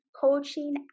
coaching